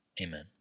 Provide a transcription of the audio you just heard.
Amen